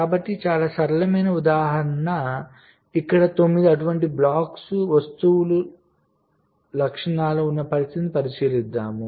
కాబట్టి చాలా సరళమైన ఉదాహరణ ఇక్కడ తొమ్మిది అటువంటి బ్లాక్స్ వస్తువుల లక్షణాలు ఉన్న పరిస్థితిని పరిశీలిద్దాం